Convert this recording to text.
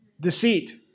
Deceit